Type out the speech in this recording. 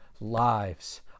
lives